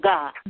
God